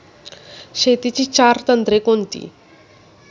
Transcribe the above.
शेतीची चार तंत्रे कोणती?